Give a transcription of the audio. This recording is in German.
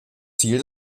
ziel